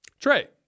Trey